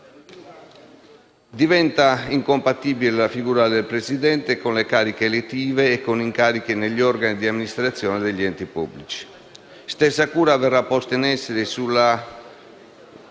diventa incompatibile con le cariche elettive e con incarichi negli organi di amministrazione degli enti pubblici. Stessa cura verrà posta in essere per la